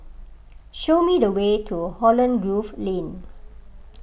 show me the way to Holland Grove Lane